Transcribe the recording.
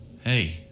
Hey